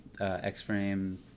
X-Frame